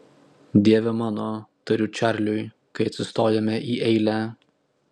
dieve mano tariu čarliui kai atsistojame į eilę